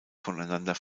voneinander